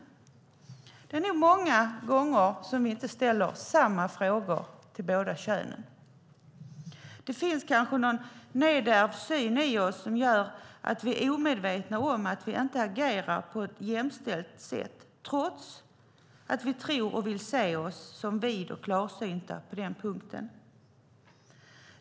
Det är nog många gånger som vi inte ställer samma frågor till båda könen. Det finns kanske någon nedärvd syn i oss som gör att vi är omedvetna om att vi inte agerar på ett jämställt sätt, trots att vi tror det och vill se oss som vid och klarsynta på den punkten.